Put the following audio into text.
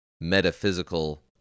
metaphysical